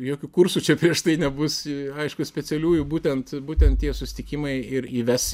jokių kursų čia prieš tai nebus aišku specialiųjų būtent būtent tie susitikimai ir įves